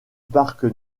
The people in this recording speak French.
parc